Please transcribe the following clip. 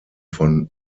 von